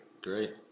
Great